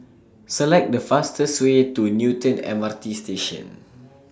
Select The fastest Way to Newton M R T Station